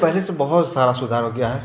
पहले से बहुत सारा सुधार हो गया है